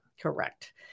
Correct